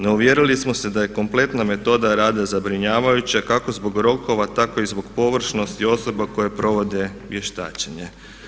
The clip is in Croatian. No, uvjerili smo se da je kompletna metoda rada zabrinjavajuća kako zbog rokova tako i zbog površnosti osoba koje provode vještačenje.